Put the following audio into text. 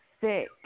sick